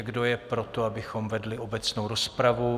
Kdo je pro to, abychom vedli obecnou rozpravu?